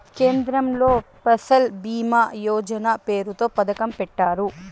కేంద్రంలో ఫసల్ భీమా యోజన పేరుతో పథకం పెట్టారు